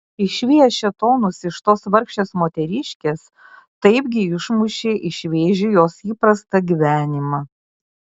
išvijęs šėtonus iš tos vargšės moteriškės taipgi išmušei iš vėžių jos įprastą gyvenimą